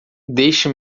deixe